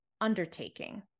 undertaking